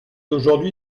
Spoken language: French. aujourd’hui